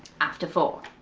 after four